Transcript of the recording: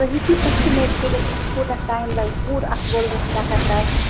تُہۍ ہٮ۪کِوٕ ایسٹٕمیٹ کٔرِتھ اَسہِ کوٗتاہ ٹایِم لَگہِ پوٗرٕ اَتھ وَلرَس چَکَر کرنَس